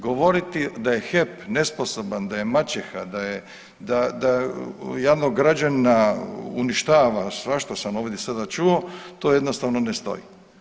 Govoriti da je HEP nesposoban, da je maćeha, da javnog građanina uništava, svašta sam ovdje sada čuo, to jednostavno ne stoji.